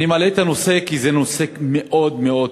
אני מעלה את הנושא כי זה נושא מאוד מאוד כואב,